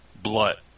blood